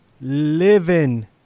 living